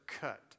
cut